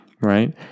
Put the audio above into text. right